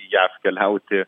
jav keliauti